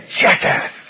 jackass